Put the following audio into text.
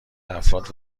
افراد